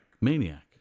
Maniac